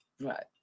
Right